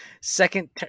second